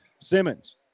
Simmons